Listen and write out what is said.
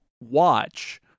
watch